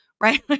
right